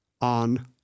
on